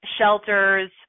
shelters